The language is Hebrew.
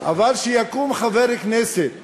אבל שיקום חבר כנסת